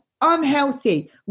unhealthy